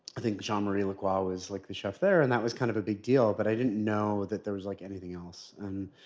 i think jean-marie lacroix ah was like the chef there, and that was kind of a big deal. but i didn't know that there was like anything else. and